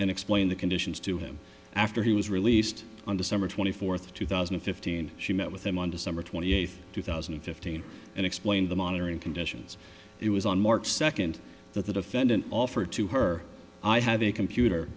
and explain the conditions to him after he was released on december twenty fourth two thousand and fifteen she met with him on december twenty eighth two thousand and fifteen and explained the monitoring conditions it was on march second that the defendant offered to her i have a computer